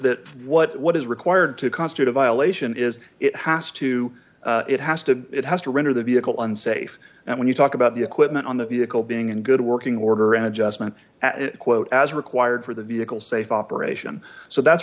what is required to constitute a violation is it has to it has to it has to render the vehicle unsafe and when you talk about the equipment on the vehicle being in good working order an adjustment quote as required for the vehicle safe operation so that's